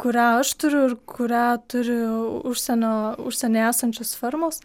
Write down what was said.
kurią aš turiu ir kurią turi užsienio užsienyje esančios firmos